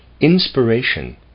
Inspiration